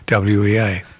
WEA